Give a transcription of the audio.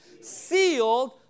Sealed